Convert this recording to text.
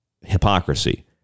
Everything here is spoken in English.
hypocrisy